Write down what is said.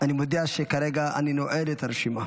אני מודיע שכרגע אני נועל את הרשימה.